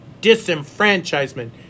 disenfranchisement